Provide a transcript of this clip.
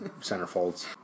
centerfolds